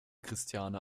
christiane